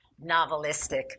novelistic